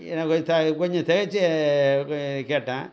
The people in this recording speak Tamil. எனக்கு கொஞ் த கொஞ்சம் திகச்சி கேட்டேன்